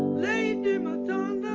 lady madonna